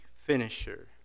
finisher